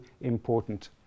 important